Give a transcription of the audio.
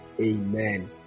Amen